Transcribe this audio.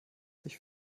sich